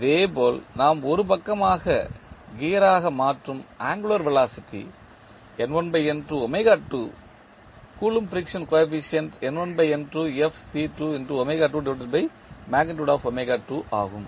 இதேபோல் நாம் ஒரு பக்கமாக கியராக மாற்றும் angular velocity Coulomb friction coefficient ஆகும்